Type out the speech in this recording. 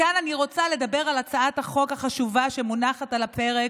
מכאן אני רוצה לדבר על הצעת החוק החשובה שמונחת על הפרק,